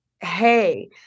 Hey